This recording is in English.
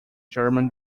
german